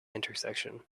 intersection